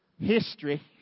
history